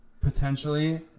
potentially